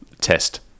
test